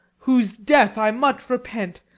whose death i much repent